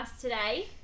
today